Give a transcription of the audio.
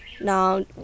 now